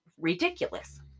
ridiculous